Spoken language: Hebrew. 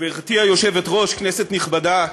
גברתי היושבת-ראש, כנסת נכבדה,